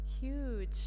huge